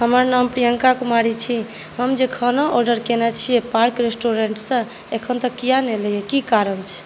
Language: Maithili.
हमर नाम प्रियंका कुमारी छी हम जे खाना ऑर्डर कएने छी पार्क रेस्टूरेंटसॅं अखन तक किया नहि एलै हँ की कारण छै